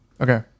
Okay